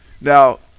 now